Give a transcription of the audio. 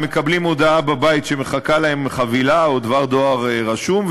הם מקבלים הודעה בבית שמחכה להם חבילה או מחכה דבר דואר רשום,